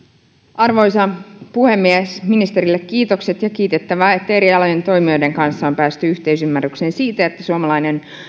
arvoisa puhemies ministerille kiitokset on kiitettävää että eri alojen toimijoiden kanssa on päästy yhteisymmärrykseen siitä että suomalainen